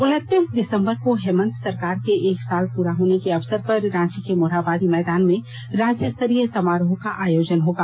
उनतीस दिसंबर को हेमंत सरकार के एक साल पूरे होने के अवसर पर रांची के मोरहाबादी मैदान में राज्यस्तरीय समारोह का आयोजन होगा